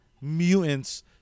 mutants